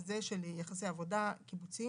הזה של יחסי עבודה קיבוציים,